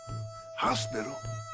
Hospital